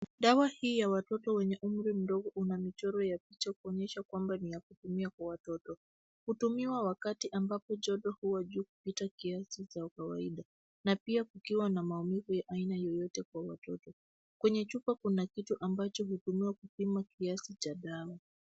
Dawa hii ya watoto wenye umri mdogo, una mchoro wa picha kuonyesha kwamba ni ya kutumia kwa watoto. Hutumiwa wakati ambapo joto huwa juu kupita kiasi cha kawaida, na pia kukiwa na maumivu ya aina yoyote kwa watoto. Kwenye chupa kuna kitu ambacho hutumiwa kupima kiasi cha dawa.